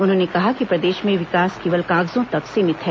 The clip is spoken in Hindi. उन्होंने कहा कि प्रदेश में विकास केवल कागजों तक सीमित है